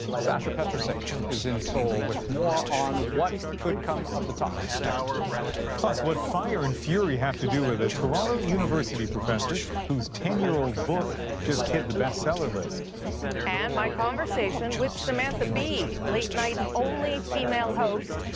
sasa petricic is in seoul with more on what could come of the talks next. ian plus, what fire and fury have to do with a toronto university professor whose ten year old book just hit the bestseller list. rosemary and my conversation with samantha bee, late-night only female host,